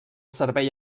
servei